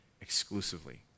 exclusively